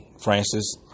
Francis